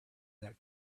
that